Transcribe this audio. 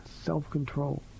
self-control